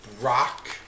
rock